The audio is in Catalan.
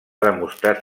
demostrat